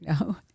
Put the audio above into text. No